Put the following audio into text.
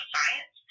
Science